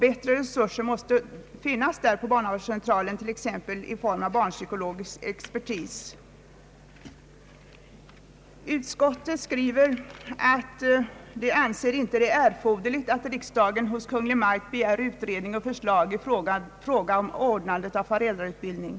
Bättre resurser måste finnas där, t.ex. i form av barnpsykologisk expertis. Utskottet skriver att det anser det inte erforderligt att riksdagen hos Kungl. Maj:t begär utredning och förslag i fråga om ordnandet av föräldrautbildning.